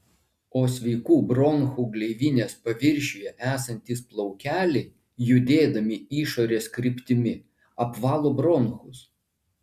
o sveikų bronchų gleivinės paviršiuje esantys plaukeliai judėdami išorės kryptimi apvalo bronchus